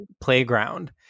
playground